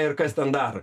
ir kas ten dar